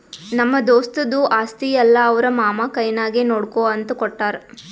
ನಮ್ಮ ದೋಸ್ತದು ಆಸ್ತಿ ಎಲ್ಲಾ ಅವ್ರ ಮಾಮಾ ಕೈನಾಗೆ ನೋಡ್ಕೋ ಅಂತ ಕೊಟ್ಟಾರ್